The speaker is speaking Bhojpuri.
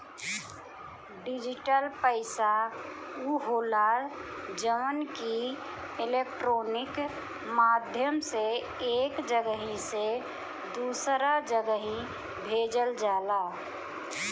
डिजिटल पईसा उ होला जवन की इलेक्ट्रोनिक माध्यम से एक जगही से दूसरा जगही भेजल जाला